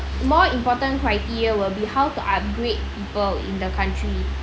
more important criteria will be how to upgrade people in the country